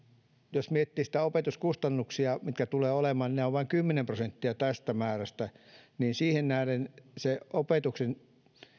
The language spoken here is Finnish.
jos miettii sitten opetuskustannuksia mitkä tulevat olemaan niin nehän ovat vain kymmenen prosenttia tästä määrästä ja siihen nähden se opetuksen